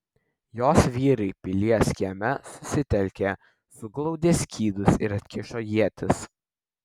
jos vyrai pilies kieme susitelkė suglaudė skydus ir atkišo ietis